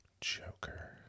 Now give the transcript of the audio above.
Joker